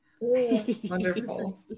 Wonderful